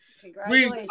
Congratulations